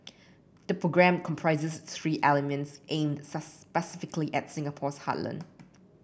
the program comprises three elements aimed specifically at Singapore's heartland